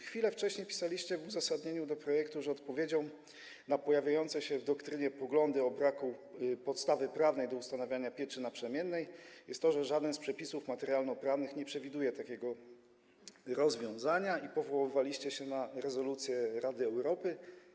Chwilę wcześniej pisaliście w uzasadnieniu do projektu, że odpowiedzią na pojawiające się w doktrynie poglądy o braku podstawy prawnej do ustanawiania pieczy naprzemiennej jest to, że żaden z przepisów materialno-prawnych nie przewiduje takiego rozwiązania i powoływaliście się na rezolucję Rady Europy.